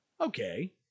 okay